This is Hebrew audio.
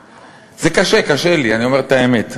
זה קשה לי, אני אומר את האמת.